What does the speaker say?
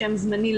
שם זמני,